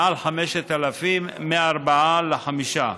מעל 500,000, מארבעה לחמישה.